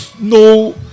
No